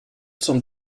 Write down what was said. zum